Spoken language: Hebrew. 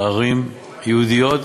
בערים יהודיות,